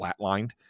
flatlined